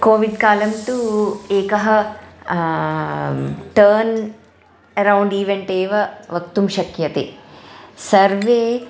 COVID कालं तू एकः टर्न् एरौण्ड् इवेण्ट् एव वक्तुं शक्यते सर्वे